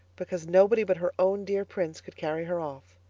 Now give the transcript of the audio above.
because nobody but her own dear prince could carry her off.